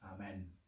Amen